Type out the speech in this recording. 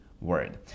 word